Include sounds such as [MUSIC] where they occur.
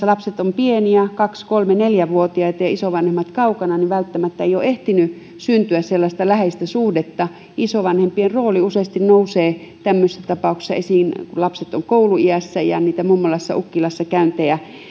[UNINTELLIGIBLE] lapset ovat pieniä kaksi kolme neljä vuotiaita ja isovanhemmat kaukana niin välttämättä ei ole ehtinyt syntyä sellaista läheistä suhdetta isovanhempien rooli useasti nousee tämmöisissä tapauksissa esiin kun lapset ovat kouluiässä ja niitä mummolassa ukkilassa käyntejä